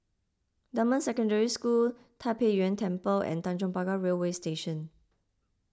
Dunman Secondary School Tai Pei Yuen Temple and Tanjong Pagar Railway Station